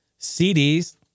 cds